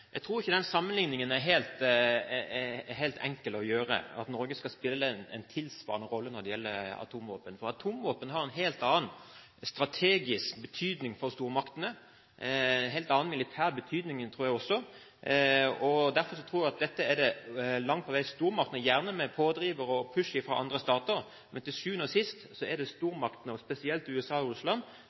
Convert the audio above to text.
gjelder atomvåpen. Atomvåpen har en helt annen strategisk betydning for stormaktene, også en helt annen militær betydning, tror jeg. Derfor tror jeg at dette er det til sjuende og sist stormaktene – gjerne med pådriv og push fra andre stater – spesielt USA og Russland, som må ha interesse av å redusere og